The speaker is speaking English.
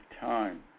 time